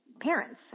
parents